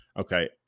Okay